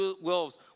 wolves